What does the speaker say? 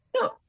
No